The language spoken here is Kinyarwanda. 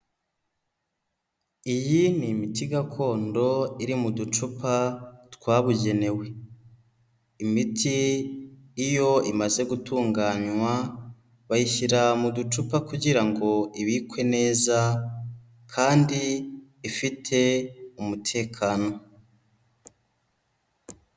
Iyi ni imiti gakondo iri mu ducupa twabugenewe. Imiti iyo imaze gutunganywa, bayishyira mu ducupa kugira ngo ibikwe neza kandi ifite umutekano.